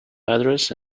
address